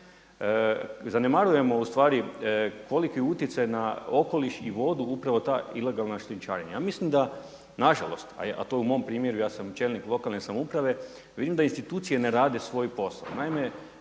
Zanemarujemo ustvari koliki je utjecaj na okoliš i vodu upravo ta ilegalna šljunčarenja. A mislim da nažalost, a to je u mom primjeru ja sam čelnik lokalne samouprave, vidim da institucije ne rade svoj posao.